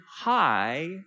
high